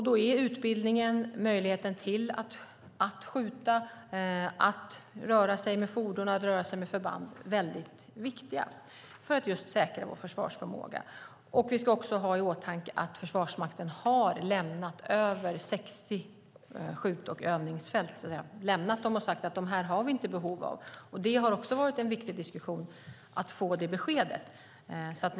Då är utbildningen, möjligheten att kunna skjuta, att kunna röra sig med fordon och förband, mycket viktig just för att säkra vår försvarsförmåga. Vi ska också ha i åtanke att Försvarsmakten lämnat fler än 60 skjut och övningsfält. De har lämnat dem och sagt att de inte har behov av dem. Även det har varit en viktig diskussion, alltså att få det beskedet.